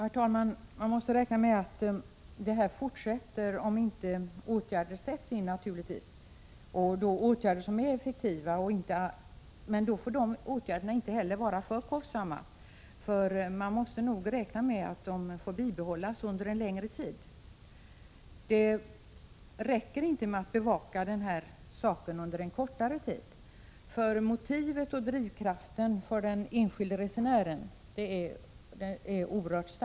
Herr talman! Naturligtvis måste man räkna med att detta fortsätter om inte åtgärder sätts in. Åtgärderna måste vara effektiva men inte för kostsamma, eftersom man bör räkna med att de måste bibehållas under en längre tid. Det räcker inte med att bevaka denna verksamhet under en kortare tid. Drivkraften för den enskilde resenären är oerhört stark.